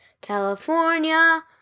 California